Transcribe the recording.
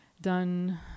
Done